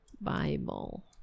Bible